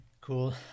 cool